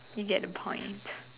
you get the point